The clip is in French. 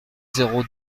zéro